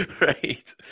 Right